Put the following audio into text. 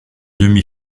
demi